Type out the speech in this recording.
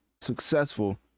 successful